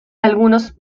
algunos